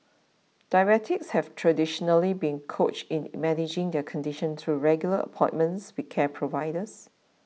diabetics have traditionally been coached in managing their condition through regular appointments with care providers